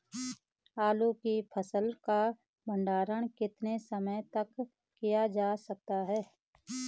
आलू की फसल का भंडारण कितने समय तक किया जा सकता है?